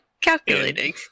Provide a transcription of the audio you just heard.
calculating